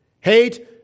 Hate